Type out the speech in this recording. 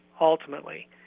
ultimately